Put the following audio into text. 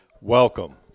Welcome